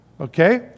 Okay